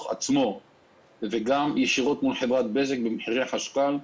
עצמו וגם ישירות מחברת בזק במחירי חשכ"ל.